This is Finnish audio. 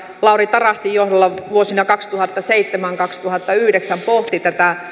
lauri tarastin johdolla vuosina kaksituhattaseitsemän viiva kaksituhattayhdeksän pohti